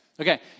Okay